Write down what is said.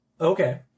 Okay